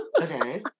Okay